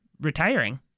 retiring